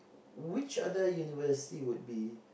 which other university would be